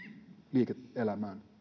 liike elämään